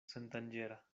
sendanĝera